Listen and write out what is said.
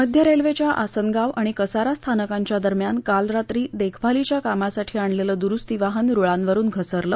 मध्ये रेल्वेच्या आसनगाव आणि कसारा स्थानकांच्या दरम्यान काल रात्री देखभालीच्या कामासाठी आणलेलं दुरुस्ती वाहन रुळांवरुन घसरलं